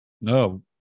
No